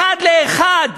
אחת לאחת,